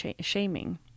shaming